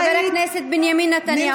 חבר הכנסת מולא,